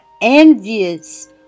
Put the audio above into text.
envious